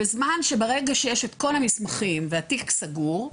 בזמן שברגע שיש את כל המסמכים והתיק סגור,